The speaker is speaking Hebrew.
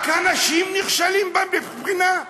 רק הנשים נכשלות בבחינה?